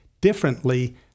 differently